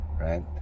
right